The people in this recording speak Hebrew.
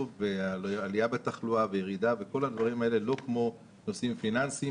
והעלייה בתחלואה וירידה וכל הדברים האלה לא כמו נושאים פיננסיים,